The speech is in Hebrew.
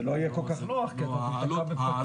וזה לא יהיה כל כך נוח כי אתה תיתקע בפקקים.